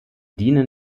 dienen